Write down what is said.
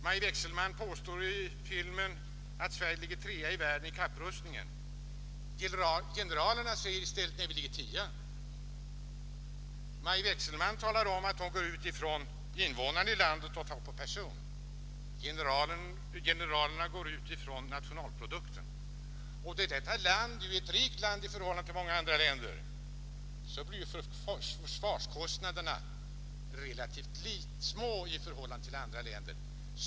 Maj Wechselmann påstår i filmen att Sverige är trea i världen i fråga om kapprustningen. Generalerna säger i stället att vi kommer som tia. Maj Wechselmann går ut ifrån invånarantalet i landet. Generalerna går ut ifrån nationalprodukten. Då Sverige är ett rikt land i förhållande till många andra länder, blir med den beräkningen försvarskostnaderna relativt små i förhållande till andra länders.